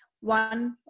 one